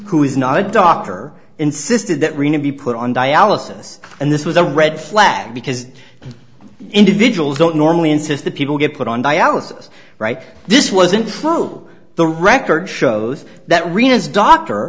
who is not a doctor insisted that rena be put on dialysis and this was a red flag because individuals don't normally insist that people get put on dialysis right this wasn't full the record shows that